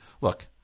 Look